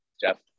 Jeff